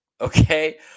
okay